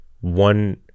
one